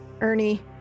Ernie